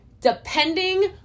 depending